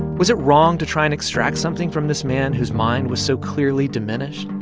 was it wrong to try and extract something from this man whose mind was so clearly diminished,